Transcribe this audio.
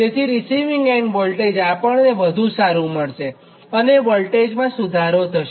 તેથી receiving voltage આપણને વધુ સારું મળશે અને વોલ્ટેજમાં સુધારો થશે